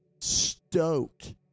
stoked